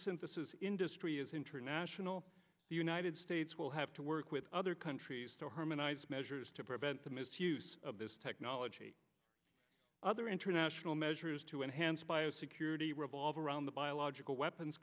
synthesis industry is international the united states will have to work with other countries to harmonize measures to prevent the misuse of this technology other international measures to enhance bio security revolve around the bio logical weapons